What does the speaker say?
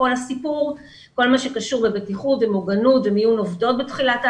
כל מה שקשור בבטיחות ומוגנות ומיון עובדות בתחילת העבודה,